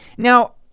Now